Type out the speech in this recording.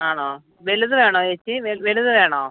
ആണോ വലുത് വേണോ ചേച്ചി വലുത് വേണോ